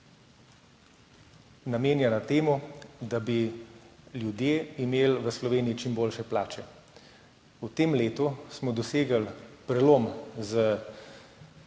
namenjena temu, da bi ljudje imeli v Sloveniji čim boljše plače. V tem letu smo dosegli prelom z